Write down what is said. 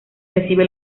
recibe